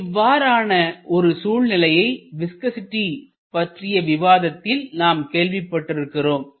இவ்வாறான ஒரு சூழ்நிலையை விஸ்கசிட்டி பற்றிய விவாதத்தில் நாம் கேள்விப்பட்டிருக்கிறோம்